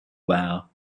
while